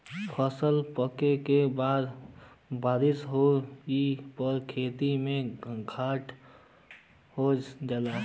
फसल पके के बाद बारिस होए पर खेती में घाटा हो जाला